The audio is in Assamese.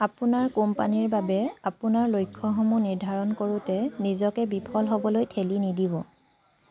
আপোনাৰ কোম্পানীৰ বাবে আপোনাৰ লক্ষ্যসমূহ নিৰ্ধাৰণ কৰোঁতে নিজকে বিফল হ'বলৈ ঠেলি নিদিব